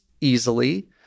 easily